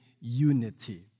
unity